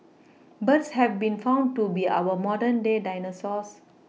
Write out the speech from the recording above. birds have been found to be our modern day dinosaurs